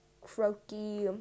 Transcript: croaky